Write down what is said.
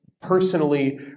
personally